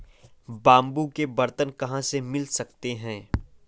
Bamboo के बर्तन कहाँ से मिल सकते हैं?